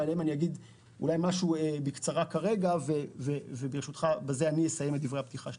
ועליהם אגיד משהו בקצרה כרגע ובזה אסיים את דברי הפתיחה שלי,